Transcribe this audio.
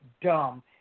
dumb